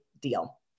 deal